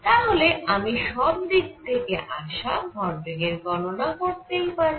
তাহলে আমি সব দিক থেকে আসা ভরবেগের গণনা করতেই পারি